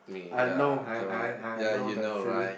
I know I I I know the feeling